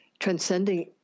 Transcending